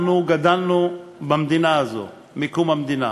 אנחנו גדלנו במדינה הזו מקום המדינה,